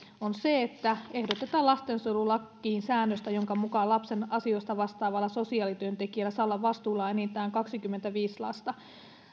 on se että ehdotetaan lastensuojelulakiin säännöstä jonka mukaan lapsen asioista vastaavalla sosiaalityöntekijällä saa olla vastuullaan enintään kaksikymmentäviisi lasta